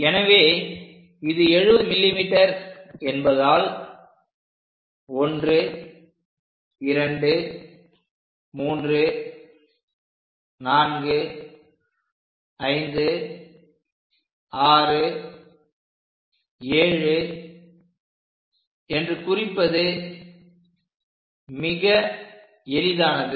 எனவே இது 70 mm என்பதால் 1234567 என்று குறிப்பது மிக எளிதானது